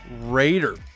raider